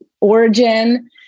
Origin